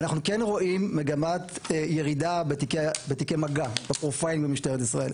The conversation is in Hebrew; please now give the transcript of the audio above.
אנחנו כן רואים מגמת ירידה בתיקי מגע בפרופיילינג במשטרת ישראל.